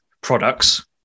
products